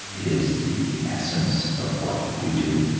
is the the essence of what we do,